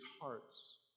hearts